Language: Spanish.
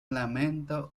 lamento